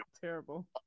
Terrible